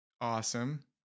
awesome